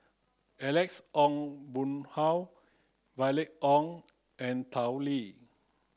Alex Ong Boon Hau Violet Oon and Tao Li